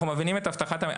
אנחנו מבינים את אבטחת המידע.